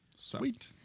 sweet